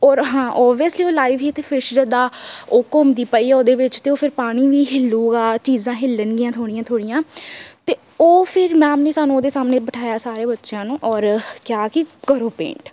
ਔਰ ਹਾਂ ਓਵੀਅਸਿਲੀ ਉਹ ਲਾਈਵ ਹੀ ਅਤੇ ਫਿਸ਼ ਜਿੱਦਾਂ ਉਹ ਘੁੰਮਦੀ ਪਈ ਆ ਉਹਦੇ ਵਿੱਚ ਅਤੇ ਉਹ ਫਿਰ ਪਾਣੀ ਵੀ ਹਿੱਲੇਗਾ ਚੀਜ਼ਾਂ ਹਿੱਲਣਗੀਆਂ ਥੋੜ੍ਹੀਆਂ ਥੋੜ੍ਹੀਆਂ ਅਤੇ ਉਹ ਫਿਰ ਮੈਮ ਨੇ ਸਾਨੂੰ ਉਹਦੇ ਸਾਹਮਣੇ ਬਿਠਾਇਆ ਸਾਰੇ ਬੱਚਿਆਂ ਨੂੰ ਔਰ ਕਿਹਾ ਕਿ ਕਰੋ ਪੇਂਟ